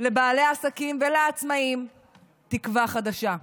לבעלי העסקים ולעצמאים תקווה חדשה.